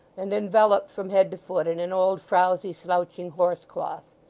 and enveloped from head to foot in an old, frowzy, slouching horse-cloth.